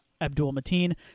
Abdul-Mateen